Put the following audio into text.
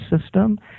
system